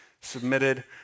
submitted